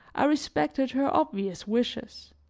i respected her obvious wishes.